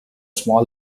small